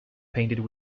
painted